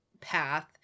path